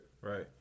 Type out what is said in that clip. Right